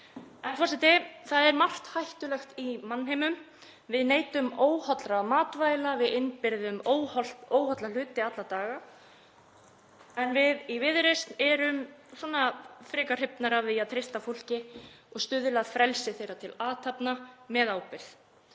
Það er margt hættulegt í mannheimum. Við neytum óhollra matvæla og við innbyrðum óholla hluti alla daga. En við í Viðreisn erum svona frekar hrifnari af því að treysta fólki og stuðla að frelsi þess til athafna með ábyrgð.